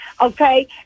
okay